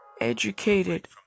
educated